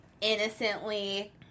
innocently